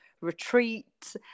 retreat